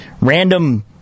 random